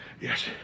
Yes